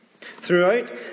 Throughout